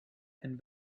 and